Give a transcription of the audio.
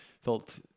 felt